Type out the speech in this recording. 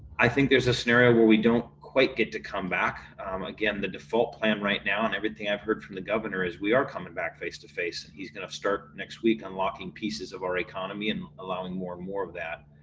i think there's a scenario where we don't quite get to come back up again. the default plan right now, and everything i've heard from the governor is we are coming back face to face and he's going to start next week, unlocking pieces of our economy and allowing more and more of that.